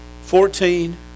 fourteen